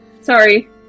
sorry